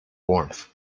warmth